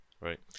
right